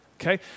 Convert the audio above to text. okay